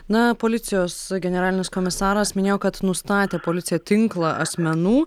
na policijos generalinis komisaras minėjo kad nustatė policija tinklą asmenų